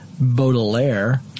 Baudelaire